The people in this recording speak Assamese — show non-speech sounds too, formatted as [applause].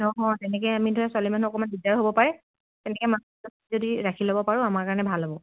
অঁ অঁ তেনেকে আমি ধৰা ছোৱালী মানুহ অকণমান দিগদাৰ হ'ব পাৰে তেনেকে [unintelligible] যদি ৰাখি ল'ব পোৰোঁ আমাৰ কাৰণে ভাল হ'ব